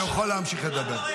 הוא יכול להמשיך לדבר.